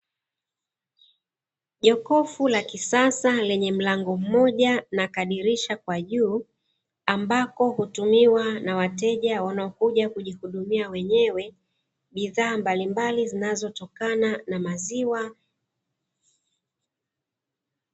Jokofu la kisasa lenye mlango mmoja na kadirisha kwa juu, ambako hutumiwa na wateja wanaokuja kujihudumia wenyewe, bidhaa mbalimbali zinazotokana na maziwa.